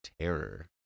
terror